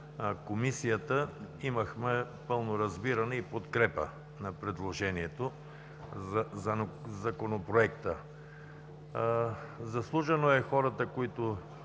Комисията имахме пълно разбиране и подкрепа на предложението за Законопроекта. Заслужено е хората, които